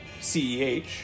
ceh